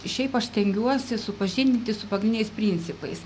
šiaip aš stengiuosi supažindinti su pagrindiniais principais